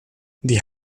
die